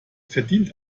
verdient